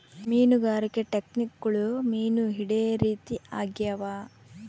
ಮೀನುಗಾರಿಕೆ ಟೆಕ್ನಿಕ್ಗುಳು ಮೀನು ಹಿಡೇ ರೀತಿ ಆಗ್ಯಾವ